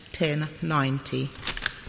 1090